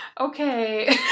Okay